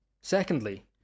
Secondly